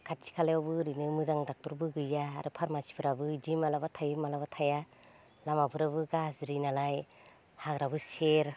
खाथि खालायावबो ओरैनो मोजां ड'क्टरबो गैया आरो फारमासिफोराबो इदि माब्लाबा थायो माब्लाबा थाया लामाफोराबो गाज्रिनालाय हाग्राबो सेर